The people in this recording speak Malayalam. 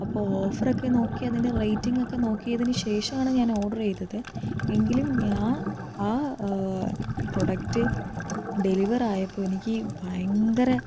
അപ്പോൾ ഓഫർ ഒക്കെ നോക്കി അതിൻ്റെ റേറ്റിംഗ് ഒക്കെ നോക്കിയതിന് ശേഷമാണ് ഞാൻ ഓർഡർ ചെയ്തത് എങ്കിലും ഞാൻ ആ പ്രൊഡക്റ്റ് ഡെലിവറായപ്പോൾ എനിക്ക് ഭയങ്കര